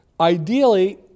Ideally